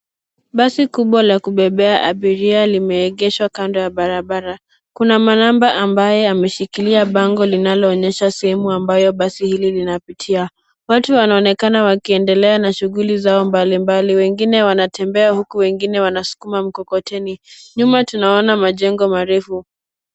Basi kubwa la kubebea abiria limeegeshwa kando ya barabara. Kuna manamba ambaye ameshikilia bango linaloonyesha sehemu ambayo basi hili linapitia. Watu wanaonekana wakiendelea na shughuli zao mbalimbali wengine wanatembea huku wengine wanaskuma mkokoteni. Nyuma tunaona majengo marefu.